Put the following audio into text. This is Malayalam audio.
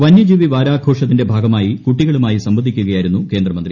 വന്യജീവി വാരാഘോഷത്തിന്റെ ഭാഗമായി കുട്ടികളുമായി സംവദിക്കുകയായിരുന്നു കേന്ദ്രമന്ത്രി